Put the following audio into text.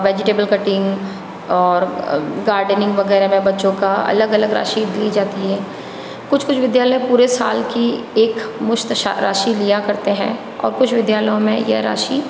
vegetable cutting और gardening वगैरह बच्चों का अलग अलग राशि दी जाती है कुछ कुछ विद्यालय पूरे साल की एक मुश्त राशि लिया करते हैं और कुछ विद्यालयों में यह राशि